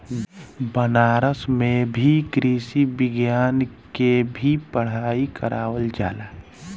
बनारस में भी कृषि विज्ञान के भी पढ़ाई करावल जाला